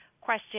question